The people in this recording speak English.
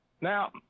now